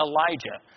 Elijah